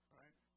right